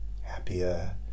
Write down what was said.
happier